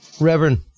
Reverend